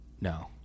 No